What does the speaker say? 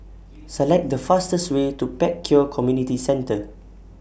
Select The fastest Way to Pek Kio Community Centre